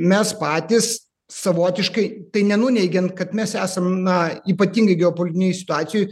mes patys savotiškai tai nenuneigiant kad mes esam na ypatingoj geopolitinėj situacijoj